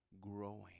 growing